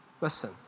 Listen